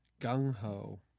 gung-ho